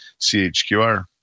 CHQR